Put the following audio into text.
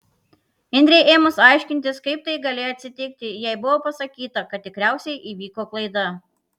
indrei ėmus aiškintis kaip tai galėjo atsitikti jai buvo pasakyta kad tikriausiai įvyko klaida